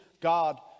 God